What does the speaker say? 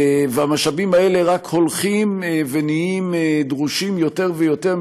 והמשאבים האלה רק הולכים ונהיים דרושים יותר ויותר,